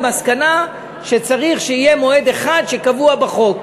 למסקנה שצריך שיהיה מועד אחד שקבוע בחוק.